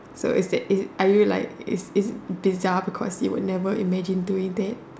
so is it is it are you like is is desirable cause you would never imagine doing that